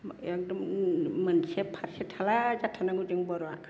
एखदम मोनसे फारसेथाला थानांगौ जों बर'आ